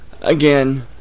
again